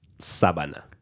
sabana